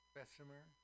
Bessemer